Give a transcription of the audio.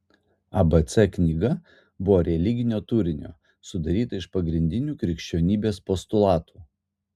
abc knyga buvo religinio turinio sudaryta iš pagrindinių krikščionybės postulatų